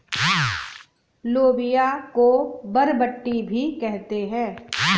लोबिया को बरबट्टी भी कहते हैं